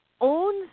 own